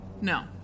No